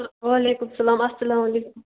وعلیکُم سلام اَسلامُ علیکُم